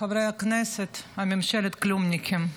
חברי הכנסת, ממשלת הכלומניקים,